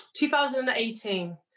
2018